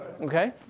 Okay